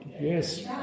yes